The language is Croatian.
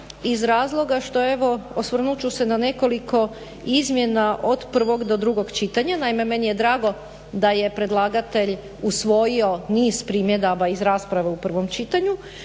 iz razloga što evo osvrnut ću se na nekoliko izmjena od prvog do drugog čitanja. Naime, meni je drago da je predlagatelj usvojio niz primjedbi iz rasprave u prvom čitanju.